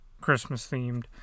Christmas-themed